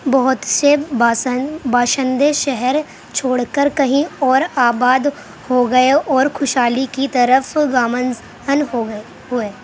بہت سے باسن باشندے شہر چھوڑ کر کہیں اور آباد ہو گئے اور خوش حالی کی طرف گامزن ہو گئے ہوئے